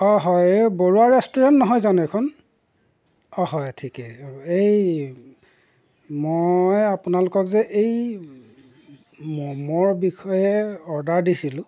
অঁ হয় এই বৰুৱা ৰেষ্টুৰেন্ট নহয় জানো এইখন অঁ হয় ঠিকেই এই মই আপোনালোকক যে এই ম'মৰ বিষয়ে অৰ্ডাৰ দিছিলোঁ